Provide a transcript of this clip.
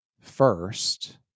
first